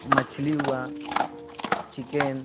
مچھلی ہوا چکن